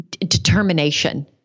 determination